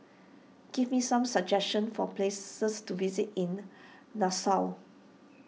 give me some suggestions for places to visit in Nassau